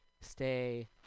stay